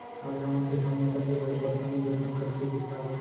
आज हमन के सामने सबले बड़े परसानी जल संकट के ही हावय